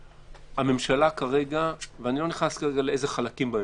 הממשלה כרגע, בלי להיכנס איזה חלקים בממשלה,